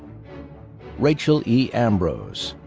rachel e. ambrose,